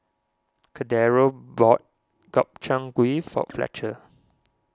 Cordero bought Gobchang Gui for Fletcher